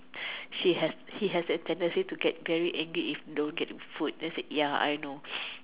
she has he has the tendency to get very angry if don't get the food then I said ya I know